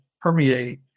permeate